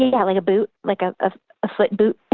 yeah, like a boot, like ah ah a foot boot